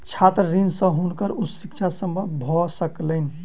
छात्र ऋण से हुनकर उच्च शिक्षा संभव भ सकलैन